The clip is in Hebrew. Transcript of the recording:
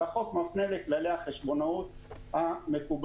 והחוק מפנה לכללי החשבונאות המקובלים.